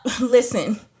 listen